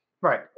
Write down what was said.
Right